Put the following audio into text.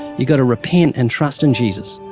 you gotta repent and trust in jesus.